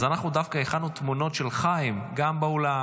אז אנחנו דווקא הכנו תמונות של חיים גם באולם,